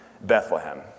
Bethlehem